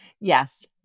Yes